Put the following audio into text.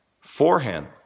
Forehand